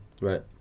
right